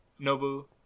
Nobu